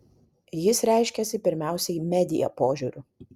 jis reiškiasi pirmiausiai media požiūriu